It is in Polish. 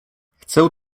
chcę